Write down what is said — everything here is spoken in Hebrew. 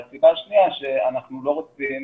והסיבה השנייה, אנחנו לא רוצים